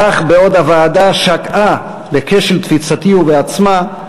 כך, בעוד הוועדה שקעה בכשל תפיסתי ובעצמה,